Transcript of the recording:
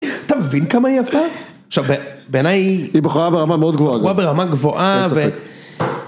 אתה מבין כמה היא יפה? עכשיו בעיניי היא בחורה ברמה מאוד גבוהה גם. היא בחורה ברמה גבוהה ו...